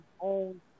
own